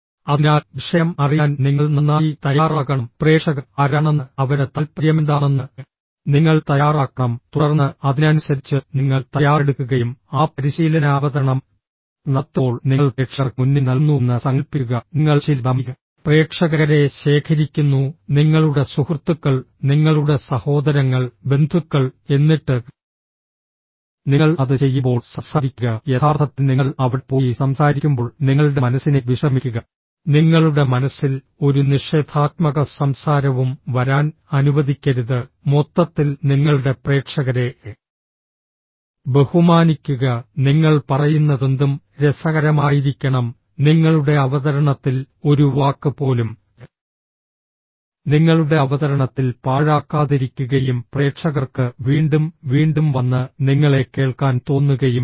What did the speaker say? അതിനാൽ വിഷയം അറിയാൻ നിങ്ങൾ നന്നായി തയ്യാറാകണം പ്രേക്ഷകർ ആരാണെന്ന് അവരുടെ താൽപ്പര്യമെന്താണെന്ന് നിങ്ങൾ തയ്യാറാക്കണം തുടർന്ന് അതിനനുസരിച്ച് നിങ്ങൾ തയ്യാറെടുക്കുകയും ആ പരിശീലന അവതരണം നടത്തുമ്പോൾ നിങ്ങൾ പ്രേക്ഷകർക്ക് മുന്നിൽ നൽകുന്നുവെന്ന് സങ്കൽപ്പിക്കുക നിങ്ങൾ ചില ഡമ്മി പ്രേക്ഷകരെ ശേഖരിക്കുന്നു നിങ്ങളുടെ സുഹൃത്തുക്കൾ നിങ്ങളുടെ സഹോദരങ്ങൾ ബന്ധുക്കൾ എന്നിട്ട് നിങ്ങൾ അത് ചെയ്യുമ്പോൾ സംസാരിക്കുക യഥാർത്ഥത്തിൽ നിങ്ങൾ അവിടെ പോയി സംസാരിക്കുമ്പോൾ നിങ്ങളുടെ മനസ്സിനെ വിശ്രമിക്കുക നിങ്ങളുടെ മനസ്സിൽ ഒരു നിഷേധാത്മക സംസാരവും വരാൻ അനുവദിക്കരുത് മൊത്തത്തിൽ നിങ്ങളുടെ പ്രേക്ഷകരെ ബഹുമാനിക്കുക നിങ്ങൾ പറയുന്നതെന്തും രസകരമായിരിക്കണം നിങ്ങളുടെ അവതരണത്തിൽ ഒരു വാക്ക് പോലും നിങ്ങളുടെ അവതരണത്തിൽ പാഴാക്കാതിരിക്കുകയും പ്രേക്ഷകർക്ക് വീണ്ടും വീണ്ടും വന്ന് നിങ്ങളെ കേൾക്കാൻ തോന്നുകയും വേണം